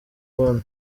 hon